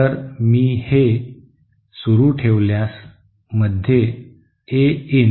तर मी हे सुरू ठेवल्यास मध्ये ए इन